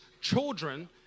children